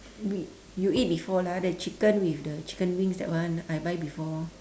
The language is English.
we you eat before lah the chicken with the chicken wings that one I buy before